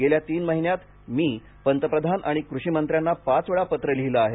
गेल्या तीन महिन्यांत मी पंतप्रधान आणि कृषिमंत्र्यांना पाच वेळा पत्र लिहिले आहे